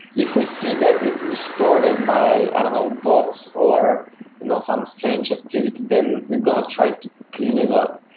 if we see that it's distorted by, i don't know, bots or and or some strange activity, then we're going to try to clean it up.